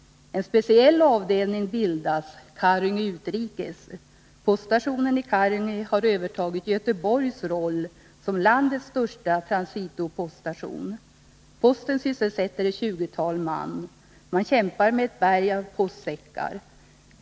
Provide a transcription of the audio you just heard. ”En speciell avdelning bildas, Karungi utrikes. Poststationen i Karungi har övertagit Göteborgs roll som landets största transito-poststation. Posten sysselsätter ett 20-tal man. Postmännen kämpar med ett berg av postsäckar.